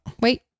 wait